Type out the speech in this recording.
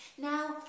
Now